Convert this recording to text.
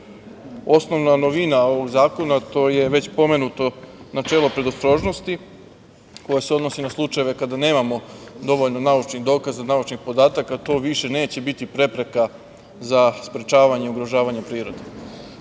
osnovna novina, ovog zakona, to je već pomenuto načelo predostrožnosti, koje se odnosi na slučajeve kada nemamo dovoljno naučnih dokaza, naučnih podataka. To više neće biti prepreka za sprečavanje, ugrožavanje prirode. Ovim